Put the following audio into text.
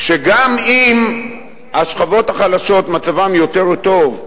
שגם אם השכבות החלשות מצבן יותר טוב,